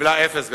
וקיבלה אפס גדול.